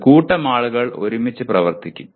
ഒരു കൂട്ടം ആളുകൾ ഒരുമിച്ച് പ്രവർത്തിക്കും